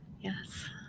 yes